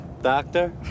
doctor